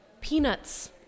peanuts